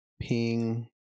Ping